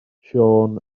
siôn